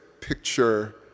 picture